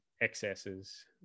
excesses